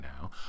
now